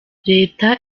leta